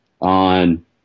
on